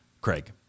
Craig